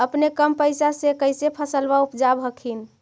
अपने कम पैसा से कैसे फसलबा उपजाब हखिन?